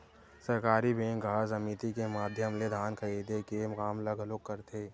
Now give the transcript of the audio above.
सहकारी बेंक ह समिति के माधियम ले धान खरीदे के काम ल घलोक करथे